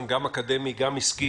ניסיון, גם אקדמי וגם עסקי,